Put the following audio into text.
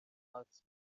مارت